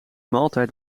maaltijd